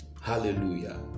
Hallelujah